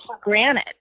granted